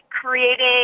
creating